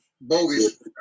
bogus